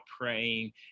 praying